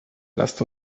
lasst